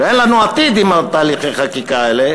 ואין לנו עתיד עם תהליכי החקיקה האלה